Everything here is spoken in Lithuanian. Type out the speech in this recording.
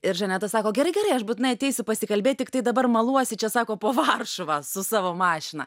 ir žaneta sako gerai gerai aš būtinai ateisiu pasikalbėt tiktai dabar maluosi čia sako po varšuvą su savo mašina